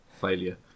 failure